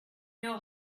know